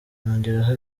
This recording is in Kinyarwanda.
yongeraho